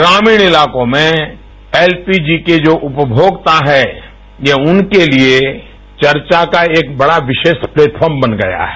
ग्रामीण इलाकों में एलपीजी के जो उपभोक्ता है ये उनके लिए चर्चा का एक बड़ा विशेष प्लेटफॉर्म बन गया है